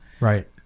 Right